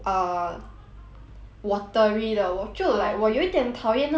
watery 的我就 like 我有一点讨厌那种 watery the feel 在